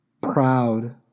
proud